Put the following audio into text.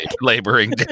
laboring